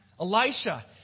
Elisha